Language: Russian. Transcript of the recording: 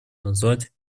назвать